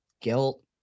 guilt